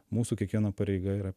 mūsų kiekvieno pareiga yra